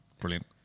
Brilliant